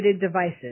devices